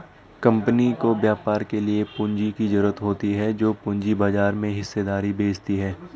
company को व्यापार के लिए पूंजी की ज़रूरत होती है जो पूंजी बाजार में हिस्सेदारी बेचती है